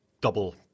double